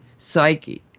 psyche